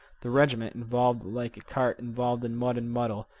the regiment, involved like a cart involved in mud and muddle,